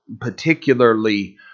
particularly